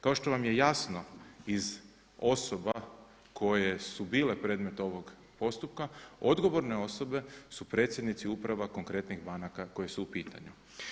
Kao što vam je jasno iz osoba koje su bile predmet ovog postupka odgovorne osobe su predsjednici uprava konkretnih banaka koje su u pitanju.